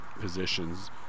positions